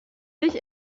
sich